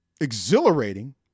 exhilarating